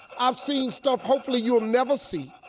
i've seen stuff, hopefully, you will never see,